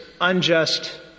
unjust